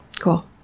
cool